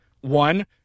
One